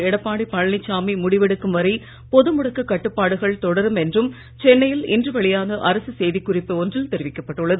எடப்பாடி பழனிசாமி முடிவெடுக்கும் வரை பொது முடக்க கட்டுப்பாடுகள் தொடரும் என்றும் சென்னையில் இன்று வெளியான அரசு செய்திக் குறிப்பு ஒன்றில் தெரிவிக்கப் பட்டுள்ளது